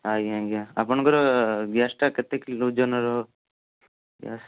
ଆଜ୍ଞା ଆଜ୍ଞା ଆପଣଙ୍କର ଗ୍ୟାସ୍ଟା କେତେ କିଲୋ ଓଜନର ଗ୍ୟାସ୍